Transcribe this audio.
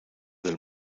del